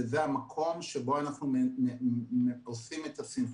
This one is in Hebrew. וזה המקום שבו אנחנו עושים את הסינכרון.